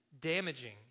damaging